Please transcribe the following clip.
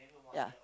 ya